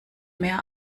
mehr